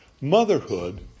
Motherhood